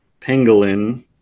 Pangolin